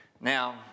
Now